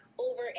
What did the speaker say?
over